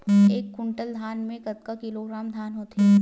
एक कुंटल धान में कतका किलोग्राम धान होथे?